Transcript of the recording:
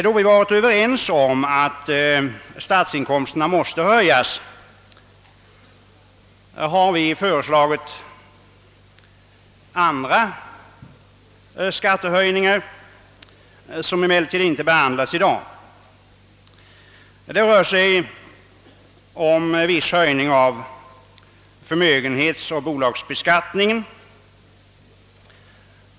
Då vi varit överens med regeringen om att statsinkomsterna måste höjas, har vi lagt fram för :slag om andra skattehöjningar, vilka emellertid inte behandlas i dag. Det gäller en viss höjning av förmögenhetsoch bolagsbeskattningen.